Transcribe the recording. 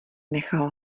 nechal